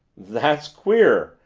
that's queer,